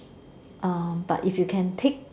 um but if you can take